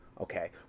okay